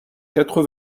quatre